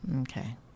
Okay